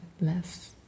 less